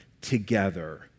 together